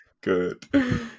Good